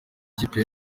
ikipe